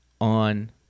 on